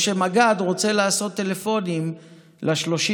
או שמג"ד רוצה לעשות טלפונים ל-30